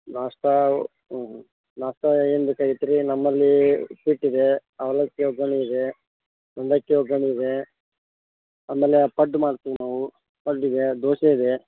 ನಾಷ್ಟಾ ನಾಷ್ಟಾ ಏನು ಬೇಕಾಗಿತ್ತು ರೀ ನಮ್ಮಲ್ಲಿ ಉಪ್ಪಿಟ್ಟು ಇದೆ ಅವಲಕ್ಕಿ ಒಗ್ಗರ್ಣೆ ಇದೆ ಮುಂಡಕ್ಕಿ ಒಗ್ಗರ್ಣೆ ಇದೆ ಆಮೇಲೆ ಪಡ್ಡು ಮಾಡ್ತೀವಿ ನಾವು ಪಡ್ಡಿದೆ ದೋಸೆ ಇದೆ